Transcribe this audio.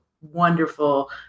wonderful